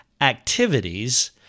activities